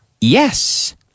Yes